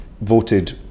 voted